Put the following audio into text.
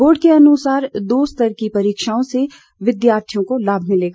board के अनुसार दो स्तर की परिक्षाओं से विद्यार्थियों को लाभ मिलेगा